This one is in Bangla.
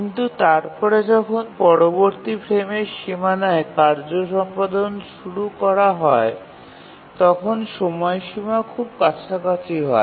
কিন্তু তারপরে যখন পরবর্তী ফ্রেমের সীমানায় কার্য সম্পাদন শুরু করা হয় তখন সময়সীমা খুব কাছাকাছি হয়